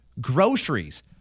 groceries